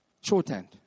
shorthand